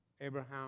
Abraham